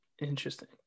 interesting